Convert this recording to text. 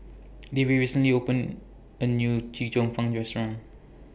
Davie recently opened A New Chee Cheong Fun Restaurant